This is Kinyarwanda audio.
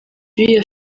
b’iyo